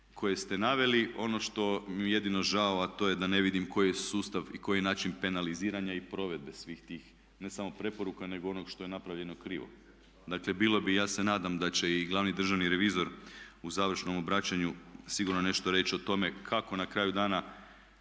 koje ste naveli. Ono što mi je jedino žao a to je da ne vidim koji je sustav i koji je način penaliziranja i provedbe svih tih ne samo preporuka nego i onog što je napravljeno krivo. Dakle bilo bi i ja se nadam da će i glavni državni revizor u završnom obraćanju sigurno nešto reći o tome kako na kraju dana